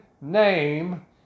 name